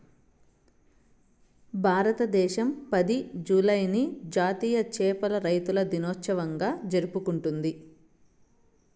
భారతదేశం పది, జూలైని జాతీయ చేపల రైతుల దినోత్సవంగా జరుపుకుంటాది